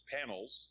panels